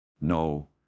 No